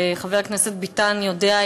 וחבר הכנסת ביטן יודע,